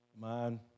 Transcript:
Man